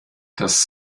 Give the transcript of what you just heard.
das